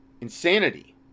insanity